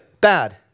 bad